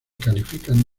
califican